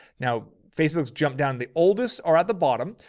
now facebook's jumped down. the oldest are at the bottom,